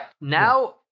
now